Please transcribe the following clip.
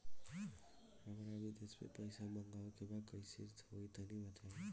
हमरा विदेश से पईसा मंगावे के बा कइसे होई तनि बताई?